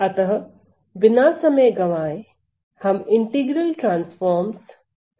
अतः बिना समय गवाएं हम इंटीग्रल ट्रांसफॉर्म्स से शुरू करते हैं